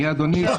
מי אדוני?